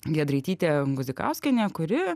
giedraitytė guzikauskienė kuri